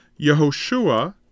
Yehoshua